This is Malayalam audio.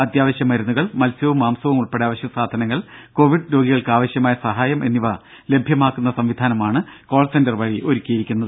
അത്യാവശ്യ മരുന്നുകൾ മത്സ്യവും മാംസവും ഉൾപ്പെടെ അവശ്യ സാധനങ്ങൾ കൊവിഡ് രോഗികൾക്ക് ആവശ്യമായ സഹായം എന്നിവ ലഭ്യമാക്കുന്ന സംവിധാനമാണ് കോൾ സെന്റർ വഴി ഒരുക്കിയിരിക്കുന്നത്